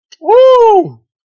Woo